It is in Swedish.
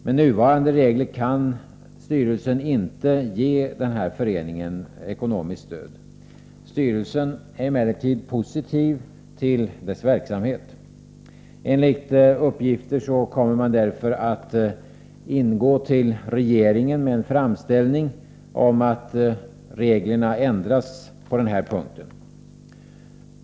Med nuvarande regler kan styrelsen inte ge denna förening ekonomiskt stöd. Styrelsen är emellertid positiv till dess verksamhet. Enligt uppgift kommer man därför att till regeringen avge en framställning om att reglerna ändras på den här punkten.